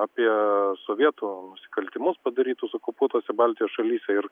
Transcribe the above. apie sovietų nusikaltimus padarytus okupuotose baltijos šalyse ir